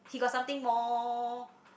he got something more